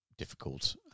difficult